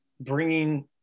bringing